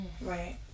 right